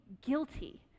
guilty